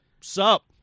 sup